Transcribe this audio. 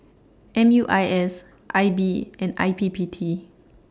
M U I S I B and I P P T